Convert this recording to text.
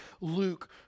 Luke